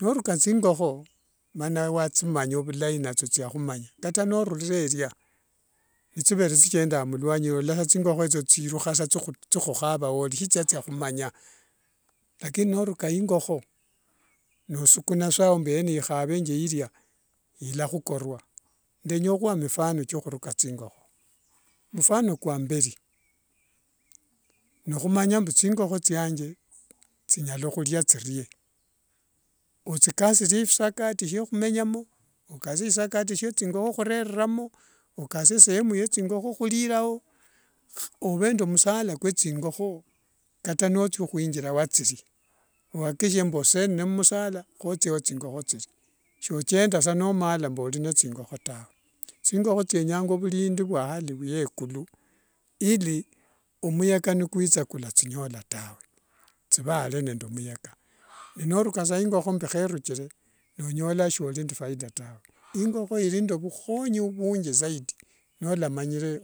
Norukaa nthingokho wanna wathimanya vialai mana nathio thiakhumanya kata norureria nithivere nthikendanga muluanyi olotsa thirukhasa thikhuhava woli sikira nthiahumanya lakini norukaa ingokho nosukuna sao yenye ikhave ngailia ilakhukorua ndenyahua mifano thia khuruka thingokho, mfano kwamberi, nihumanya mbu thingokho thiange thilanya hulia thirie. Othikasirie visakati phiakhumenyamo, okatsie visakati via khureremo, okatsie isehemu yethingokho hulilao ove nende musala kwathingokho kata nothia huingokho wathiri, wakishie mbu oserene mmusala hothie wathingokho thiri. Sothendasa nomala mbu olinende thingokho tawe. Thingokho thianyanga mulindi huahali phuekulu ili omuyaka nikwitha kwalathinyola tawe, thive are nde muyaka, ni norukaa saa ingokho mbu heruchire nonyola mbu sori nde faida tawe, ingokho irii nde vuhonyi vungi zaidi nolamanyire